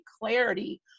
clarity